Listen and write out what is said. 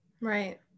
Right